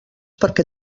perquè